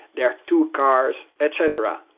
their two cars, etc.